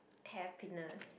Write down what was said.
happiness